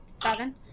Seven